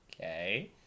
Okay